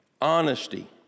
honesty